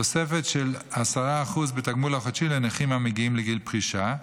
תוספת של 10% בתגמול החודשי לנכים המגיעים לגיל פרישה,